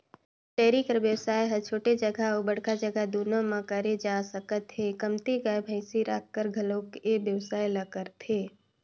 dairy कर बेवसाय ह छोटे जघा अउ बड़का जघा दूनो म करे जा सकत हे, कमती गाय, भइसी राखकर घलोक ए बेवसाय ल करथे